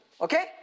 okay